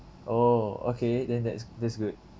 oh okay then that's that's good